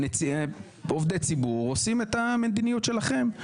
עובדי ציבור עושים את המדיניות שלכם.